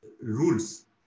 rules